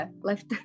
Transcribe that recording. left